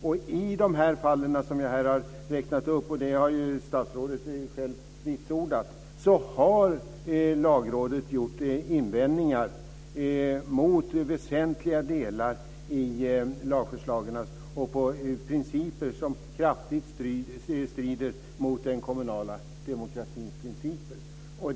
Och i de fall som jag här har räknat upp, och det har statsrådet själv vitsordat, har Lagrådet gjort invändningar mot väsentliga delar i lagförslagen och i principer som kraftigt strider mot den kommunala demokratins principer.